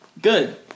Good